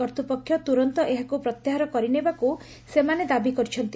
କର୍ତ୍ରପକ୍ଷ ତୁରନ୍ତ ଏହାକୁ ପ୍ରତ୍ୟାହାର କରିନେବାକୁ ସେମାନେ ଦାବି କରିଛନ୍ତି